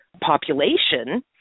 population